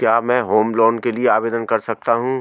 क्या मैं home loan के लिए आवेदन कर सकता हूं?